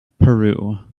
peru